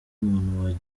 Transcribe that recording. umuntu